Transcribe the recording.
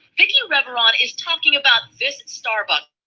vicki reveron is talking about this starbucks.